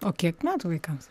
o kiek metų vaikams